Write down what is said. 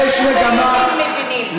קבוצה של בריונים מבינים.